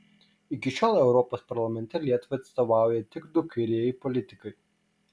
iki šiol europos parlamente lietuvai atstovauja tik du kairieji politikai